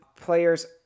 players